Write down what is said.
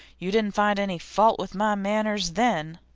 you didn't find any fault with my manners, then.